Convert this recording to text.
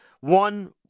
one